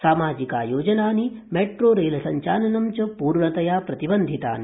सामाजिकायोजनानि metro रेलसञ्चालनं च पूर्णतया प्रतिबन्धितानि